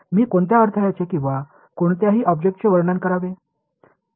मी कोणत्या अडथळ्याचे किंवा कोणत्याही ऑब्जेक्टचे वर्णन करावे